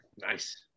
Nice